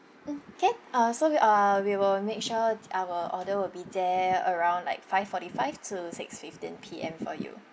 mm can uh so uh we will make sure our order will be there around like five forty five to six fifteen P_M for you